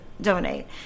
donate